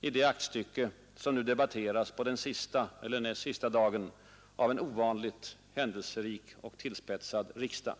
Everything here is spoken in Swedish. i det aktstycke som nu debatteras på den sista eller näst sista dagen av en ovanligt händelserik och tillspetsad riksdag.